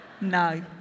No